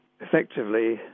effectively